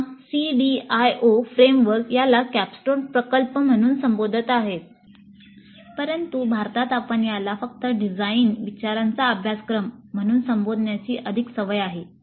पुन्हा CDIO framework याला cornerstone प्रकल्प म्हणून संबोधत आहेत परंतु भारतात आपण याला फक्त डिझाईन विचारांचा अभ्यासक्रम म्हणून संबोधण्याची अधिक सवय आहे